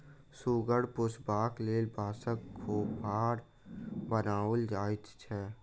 सुगर पोसबाक लेल बाँसक खोभार बनाओल जाइत छै